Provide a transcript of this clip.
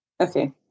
Okay